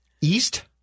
East